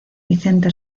vicente